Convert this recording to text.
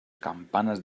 campanas